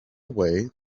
away